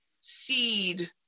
seed